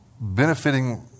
benefiting